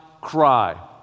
cry